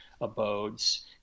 abodes